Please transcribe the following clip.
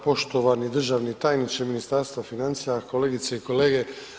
Poštovani državni tajniče Ministarstva financija, kolegice i kolege.